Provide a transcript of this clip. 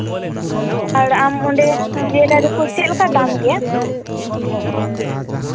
ᱛᱟᱦᱞᱮ ᱟᱢ ᱚᱸᱰᱮ ᱡᱩᱭᱮᱞᱟᱨᱤ ᱠᱚ ᱪᱮᱫ ᱞᱮᱠᱟ ᱫᱟᱢ ᱜᱮᱭᱟ